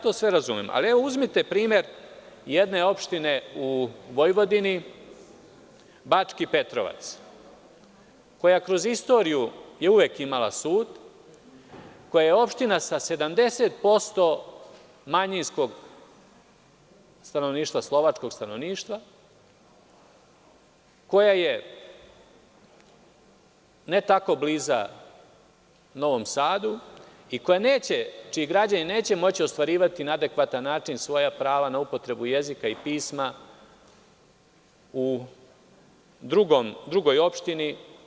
To sve razumem, ali, uzmite primer jedne opštine u Vojvodini, Bački Petrovac, koja kroz istoriju je uvek imala sud, koja je opština sa 70% manjinskog stanovništva, slovačkog stanovništva, koja je ne tako blizu Novom Sadu i čiji građani neće moći ostvarivati na adekvatan način svoja prava na upotrebu jezika i pisma u drugoj opštini.